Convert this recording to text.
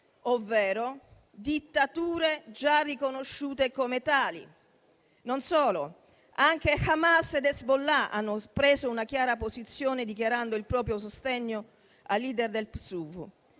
ovvero dittature già riconosciute come tali. Non solo: anche Hamas ed Hezbollah hanno preso una chiara posizione, dichiarando il proprio sostegno al *leader* del PSUV,